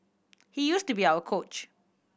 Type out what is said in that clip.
he used to be our coach